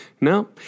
no